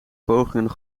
pogingen